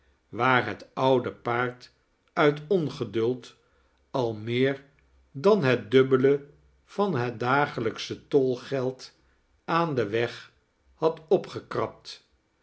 waar het oude paard uit ongeduld al meer dan het dubbele van het dagelijksche tolgeld aan den weg had opgekrabd